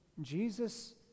Jesus